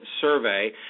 Survey